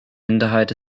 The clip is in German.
minderheit